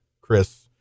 Chris